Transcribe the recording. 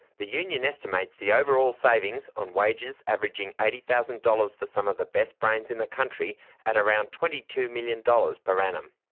the union estimates the overall savings on wages averaging eighty thousand dollars for some of the best brains in the country at around twenty two million dollars per annum.